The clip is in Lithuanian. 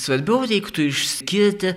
svarbiau reiktų išskirti